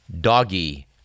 doggy